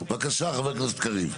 בבקשה, חבר הכנסת קריב.